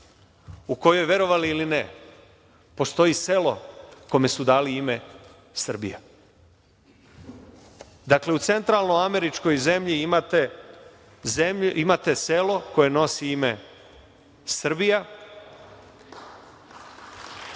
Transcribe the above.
u kojoj, verovali ili ne, postoji selo kome su dali ime Srbija. Dakle, u centralno američkoj zemlji imate selo koje nosi ime Srbija.